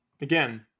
Again